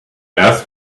ask